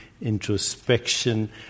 introspection